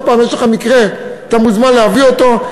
עוד הפעם, יש לך מקרה, אתה מוזמן להביא אותו.